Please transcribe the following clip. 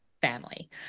family